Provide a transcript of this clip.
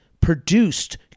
produced